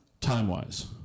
time-wise